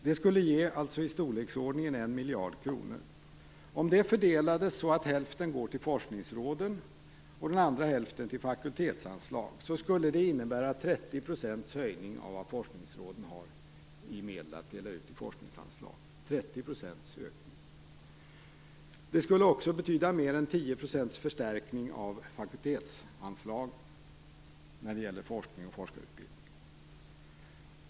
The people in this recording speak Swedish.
Det skulle ge ca 1 miljard kronor. Om den fördelades så att hälften gick till forskningsråden och hälften till fakultetsanslag, skulle det innebära 30 % ökning av de medel som forskningsråden har att dela ut i forskningsanslag. Det skulle också betyda mer än 10 % förstärkning av fakultetsanslagen till forskning och forskarutbildning.